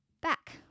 Back